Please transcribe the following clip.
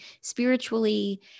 spiritually